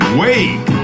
wake